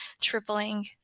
tripling